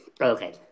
Okay